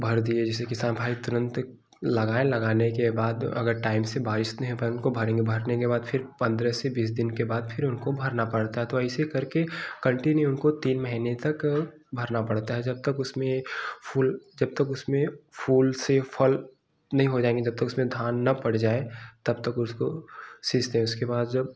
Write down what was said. भर दिए जैसे किसान भाई तुरंत लगाएँ लगाने के बाद अगर टाइम से बारिश नहीं अपन को भरेंगे भरने के बाद फ़िर पंद्रह से बीस दिन के बाद फ़िर उनको भरना पड़ता है तो ऐसे करके कंटिन्यू उनको तीन महीने तक भरना पड़ता है जब तक उसमें फूल जब तक उसमें फूल से फल नहीं हो जाएँगे जब तक उसने धान ना पड़ जाए तब तक उसको सींचते हैं उसके बाद जब